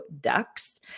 Ducks